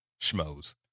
schmoes